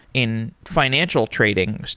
in financial trading,